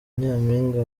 nyampinga